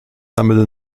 numbered